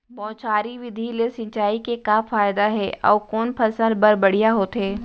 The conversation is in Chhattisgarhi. बौछारी विधि ले सिंचाई के का फायदा हे अऊ कोन फसल बर बढ़िया होथे?